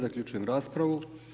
Zaključujem raspravu.